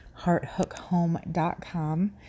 hearthookhome.com